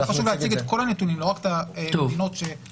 לכן חשוב להציג את כל הנתונים לא רק את המדינות שמסתדרות